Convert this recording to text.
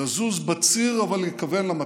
לזוז בציר אבל להתכוון למטרה.